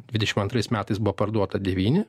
dvidešimt antrais metais buvo parduota devyni